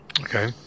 Okay